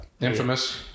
infamous